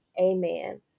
Amen